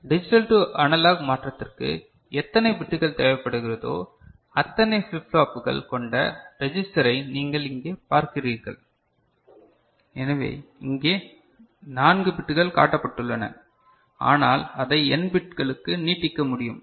digital to analogue மாற்றத்திற்கு எத்தனை பிட்டுகள் தேவைப்படுகிறதோ அத்தனை ஃபிளிப் ஃப்ளாப்புகள் கொண்ட ரிஜிஸ்டர் ஐ நீங்கள் இங்கே பார்க்கிறீர்கள் எனவே இங்கே 4 பிட்கள் காட்டப்பட்டுள்ளன ஆனால் அதை n பிட்களுக்கு நீட்டிக்க முடியும்